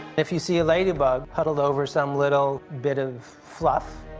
if you see a ladybug huddled over some little bit of fluff,